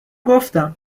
گفتم